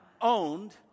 owned